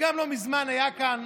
לא מזמן היה כאן